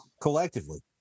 collectively